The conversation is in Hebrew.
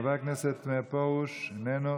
חבר הכנסת מאיר פרוש, איננו.